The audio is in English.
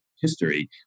history